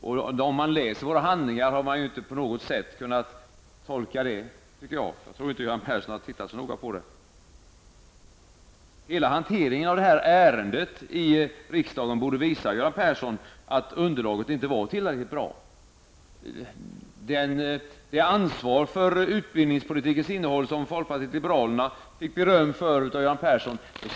Man kan inte, tycker jag, göra den tolkningen om man läser våra handlingar, något som jag inte tror att Göran Persson har gjort så noga. Hela hanteringen i riksdagen av detta ärende borde, Göran Persson, visa att underlaget inte var tillräckligt bra. Vi känner också nu det ansvar för utbildningens innehåll som folkpartiet liberalerna fick beröm av Göran Persson för.